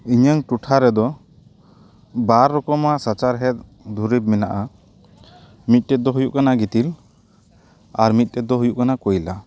ᱤᱧᱟᱹᱝ ᱴᱚᱴᱷᱟ ᱨᱮᱫᱚ ᱵᱟᱨ ᱨᱚᱠᱚᱢᱟᱜ ᱥᱟᱪᱟᱨᱦᱮᱫ ᱫᱩᱨᱤᱵ ᱢᱮᱱᱟᱜᱼᱟ ᱢᱤᱫᱴᱮᱱ ᱫᱚ ᱦᱩᱭᱩᱜ ᱠᱟᱱᱟ ᱜᱤᱛᱤᱞ ᱟᱨ ᱢᱤᱫᱴᱮᱱ ᱫᱚ ᱦᱩᱭᱩᱜ ᱠᱟᱱᱟ ᱠᱚᱭᱞᱟ